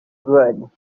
good